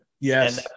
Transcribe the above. Yes